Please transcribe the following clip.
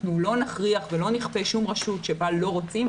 לא נכריח ולא נכפה על שום רשות שבה לא רוצים.